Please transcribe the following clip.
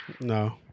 No